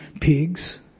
pigs